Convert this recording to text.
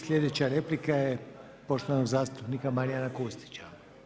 Sljedeća replika je poštovanog zastupnika Marijana Kustića.